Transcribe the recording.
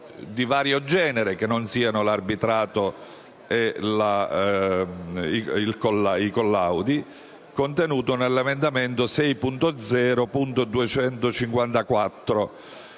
di vario genere, che non siano l'arbitrato e i collaudi, prevista nell'emendamento 6.0.254,